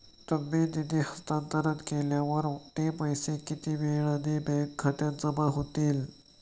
तुम्ही निधी हस्तांतरण केल्यावर ते पैसे किती वेळाने बँक खात्यात जमा होतील?